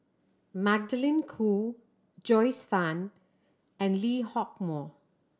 Magdalene Khoo Joyce Fan and Lee Hock Moh